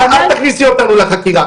אל תכניסי אותנו לחקירה,